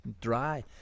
dry